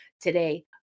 today